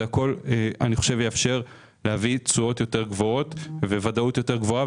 הכול יאפשר להביא תשואות יותר גבוהות וודאות יותר גבוהה.